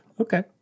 Okay